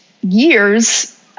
years